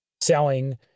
selling